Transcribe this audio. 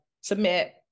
submit